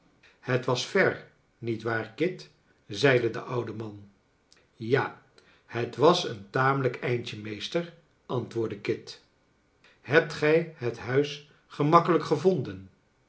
het was ver niet waar kit zeide de oude man ja het was een tamelijk eindje meester i antwoordde kit hebt gij het huis gemakkelijk gevonden